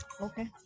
Okay